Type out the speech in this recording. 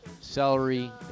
celery